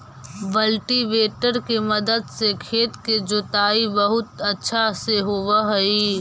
cultivator के मदद से खेत के जोताई बहुत अच्छा से होवऽ हई